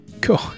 cool